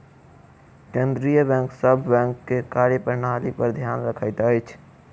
केंद्रीय बैंक सभ बैंक के कार्य प्रणाली पर ध्यान रखैत अछि